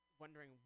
Wondering